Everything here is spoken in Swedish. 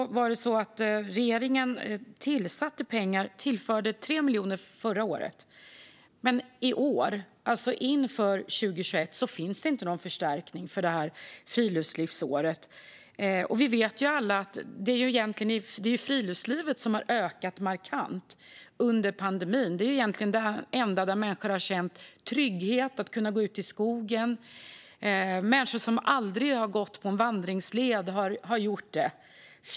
Regeringen tillförde 3 miljoner förra året. Men i år, alltså inför 2021, finns det inte någon förstärkning för Friluftslivets år. Vi vet alla att det är friluftslivet som har ökat markant under pandemin. Människor har känt trygghet i att kunna gå ut i skogen. Människor som aldrig har gått på en vandringsled har gjort det.